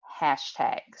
hashtags